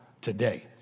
today